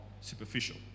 superficial